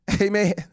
Amen